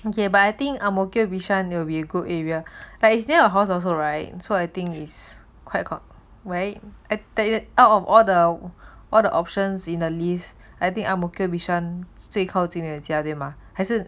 ok but ang mo kio bishan you will be a good area that is near your house also right so I think is quite right out of all the all the options in the list I think ang mo kio bishan 最靠近的家的吗还是